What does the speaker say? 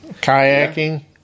kayaking